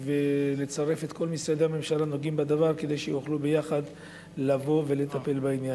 ולצרף את כל משרדי הממשלה הנוגעים בדבר כדי שיוכלו יחד לטפל בעניין.